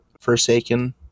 Forsaken